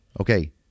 Okay